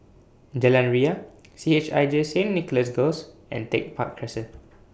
Jalan Ria C H I J Saint Nicholas Girls and Tech Park Crescent